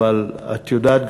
אבל את יודעת,